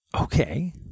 okay